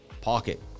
pocket